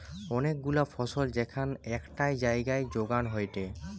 অনেক গুলা ফসল যেখান একটাই জাগায় যোগান হয়টে